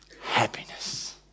Happiness